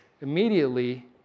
immediately